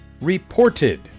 reported